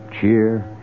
cheer